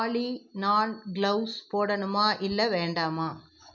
ஆலி நான் க்ளவுஸ் போடணுமா இல்லை வேண்டாமா